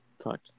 Fuck